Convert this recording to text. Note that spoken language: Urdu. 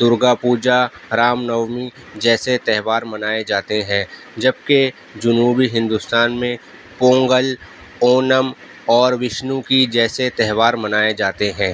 درگا پوجا رام نومی جیسے تہوار منائے جاتے ہیں جبکہ جنوبی ہندوستان میں پونگل اونم اور وشنو کی جیسے تہوار منائے جاتے ہیں